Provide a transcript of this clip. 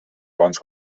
bons